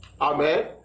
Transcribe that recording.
Amen